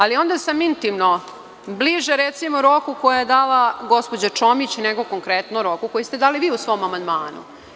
Ali onda sam intimno bliže, recimo, roku koji je dala gospođa Čomić, nego konkretno roku koji ste dali vi u svom amandmanu.